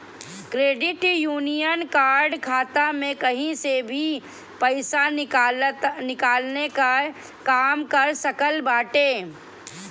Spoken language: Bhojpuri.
क्रेडिट यूनियन कार्ड खाता में कही से भी पईसा निकलला के काम कर सकत बाटे